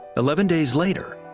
eleven days later,